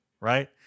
right